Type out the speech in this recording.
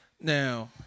Now